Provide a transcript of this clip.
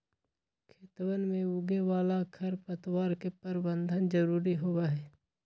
खेतवन में उगे वाला खरपतवार के प्रबंधन जरूरी होबा हई